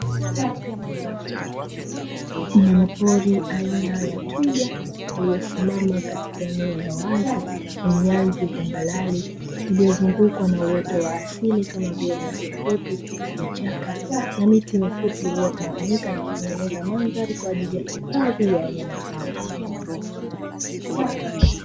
Mnyama pori aina ya twiga aliyesimama katika eneo la wazi lenye ardhi tambarare iliyozungukwa na uoto wa asili kama vile nyasi fupi, vichaka na miti mifupi iliyotawanyika na kutengeneza mandhari kwa ajili ya uhifadhi wa wanyama hao.